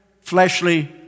fleshly